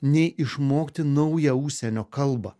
nei išmokti naują užsienio kalbą